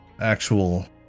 actual